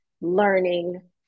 learning